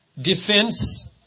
defense